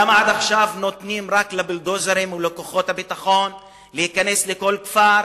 למה עד עכשיו נותנים רק לבולדוזרים ולכוחות הביטחון להיכנס לכל כפר.